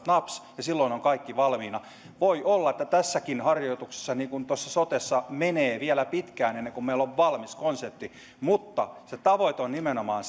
naps silloin on kaikki valmiina voi olla että tässäkin harjoituksessa niin kuin sotessa menee vielä pitkään ennen kuin meillä on valmis konsepti mutta tavoite on nimenomaan